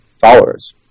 followers